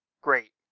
Great